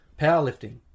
powerlifting